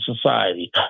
society